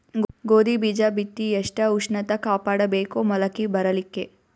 ಗೋಧಿ ಬೀಜ ಬಿತ್ತಿ ಎಷ್ಟ ಉಷ್ಣತ ಕಾಪಾಡ ಬೇಕು ಮೊಲಕಿ ಬರಲಿಕ್ಕೆ?